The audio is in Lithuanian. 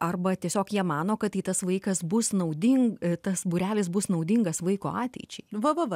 arba tiesiog jie mano kad į tas vaikas bus naudin tas būrelis bus naudingas vaiko ateičiai